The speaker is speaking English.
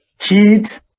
Heat